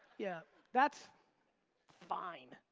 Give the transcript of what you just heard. yeah that's fine.